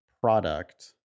product